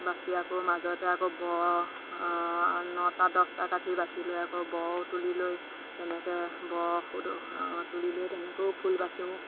বাছি আকৌ মাজতে আকৌ ব নটা দছটা কাঠি বাছি লৈ আকৌ বও তুলি লৈ তেনেকে বও তুলি লৈ তেনেকেও ফুল বাচোঁ